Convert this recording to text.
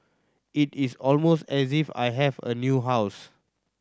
it is almost as if I have a new house